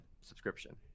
subscription